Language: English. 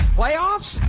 Playoffs